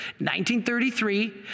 1933